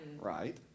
right